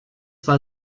war